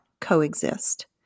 coexist